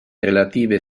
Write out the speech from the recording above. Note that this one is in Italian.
relative